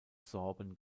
sorben